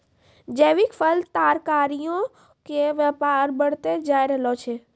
जैविक फल, तरकारीयो के व्यापार बढ़तै जाय रहलो छै